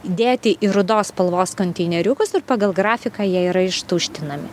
dėti į rudos spalvos konteineriukus ir pagal grafiką jie yra ištuštinami